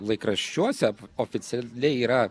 laikraščiuose oficialiai yra